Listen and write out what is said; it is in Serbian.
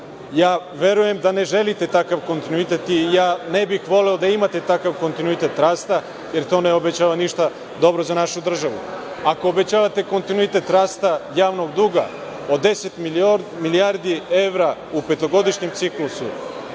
verujem da ne želite takav kontinuitet i ja ne bih voleo da imate takav kontinuitet rasta, jer to ne obećava ništa dobro za našu državu. Ako obećavate kontinuitet rasta javnog duga od 10 milijardi evra u petogodišnjem ciklusu,